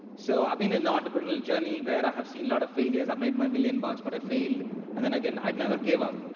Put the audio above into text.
so, i'm been an entrepreneurial journey where i have seen lot of failures, i made my million bucks but i failed and then again i never gave up.